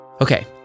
Okay